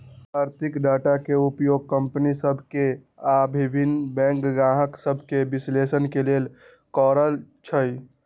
आर्थिक डाटा के उपयोग कंपनि सभ के आऽ भिन्न बैंक गाहक सभके विश्लेषण के लेल करइ छइ